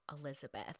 Elizabeth